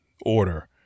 order